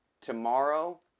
tomorrow